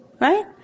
Right